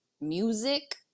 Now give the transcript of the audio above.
Music